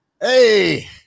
Hey